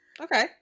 Okay